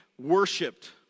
worshipped